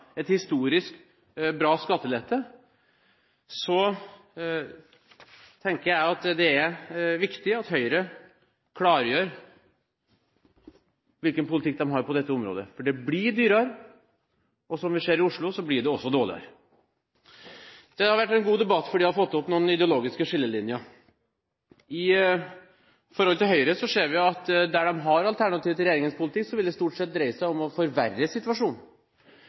historisk bra skattelette – tenker jeg det er viktig at Høyre klargjør hvilken politikk de har på dette området. Det blir dyrere, og som vi ser i Oslo, blir det også dårligere. Det har vært en god debatt, fordi den har fått opp noen ideologiske skillelinjer. Når det gjelder Høyre, ser vi at der partiet har alternativer til regjeringens politikk, vil det stort sett dreie seg om å forverre situasjonen: